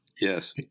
Yes